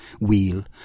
wheel